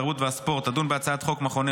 התרבות והספורט תדון בהצעת חוק מכוני